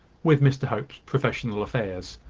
with mr hope's professional affairs.